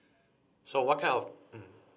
so what kind of mm